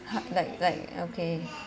ha~ like like okay